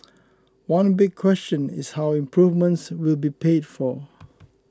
one big question is how improvements will be paid for